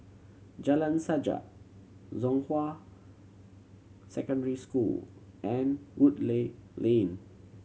Jalan Sajak Zhonghua Secondary School and Woodleigh Lane